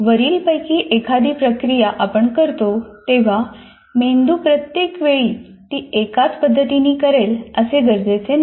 वरील पैकी एखादी प्रक्रिया आपण करतो तेव्हा मेंदू प्रत्येक वेळी ती एकाच पद्धतीने करेल असे गरजेचे नाही